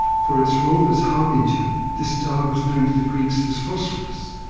for its role as harbinger this star was known to the greeks as phosphorus,